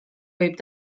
võib